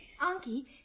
Anki